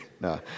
No